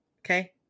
Okay